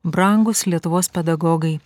brangūs lietuvos pedagogai